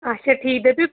اچھا ٹھیٖک دٔپِو